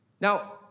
Now